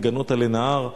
כגנות עלי נהר.